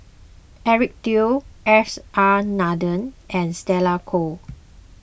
Eric Teo S R Nathan and Stella Kon